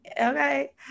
Okay